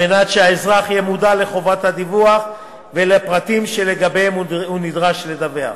על מנת שהאזרח יהיה מודע לחובת הדיווח ולפרטים שלגביהם הוא נדרש לדווח,